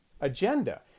agenda